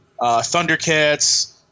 Thundercats